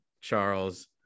Charles